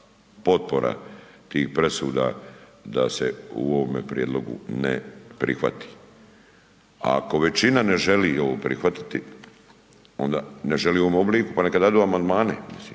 potpora tih presuda da se u ovome prijedlogu ne prihvati. A ako većina ne želi ovo prihvatiti onda, ne želi u ovom obliku, pa neka dadu amandmane, mislim,